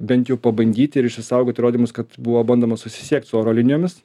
bent jau pabandyti ir išsisaugot įrodymus kad buvo bandoma susisiekt su oro linijomis